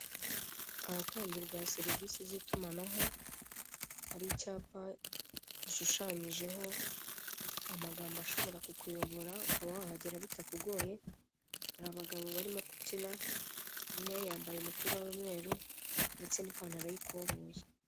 Ahatangirwa serivisi zitumanaho hari icyapa gishushanyijeho amagambo ashobora kukuyobora ukaba wahagera bitakugoye hari abagabo barimo kubyina umwe yambaye umupira w'umweru ndetse n'ipantaro y'ikoboyi.